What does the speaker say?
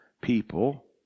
people